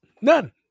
None